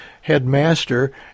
headmaster